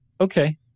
Okay